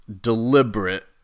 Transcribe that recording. deliberate